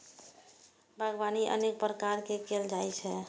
बागवानी अनेक प्रकार सं कैल जाइ छै